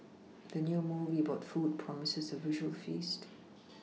the new movie about food promises a visual feast